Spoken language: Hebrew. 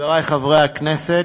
חברי חברי הכנסת,